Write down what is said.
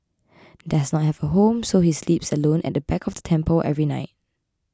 does not have a home so he sleeps alone at the back of the temple every night